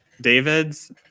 Davids